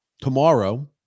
tomorrow